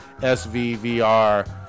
SVVR